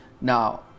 Now